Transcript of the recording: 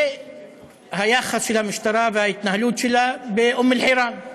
והיחס של המשטרה וההתנהלות שלה באום-אלחיראן.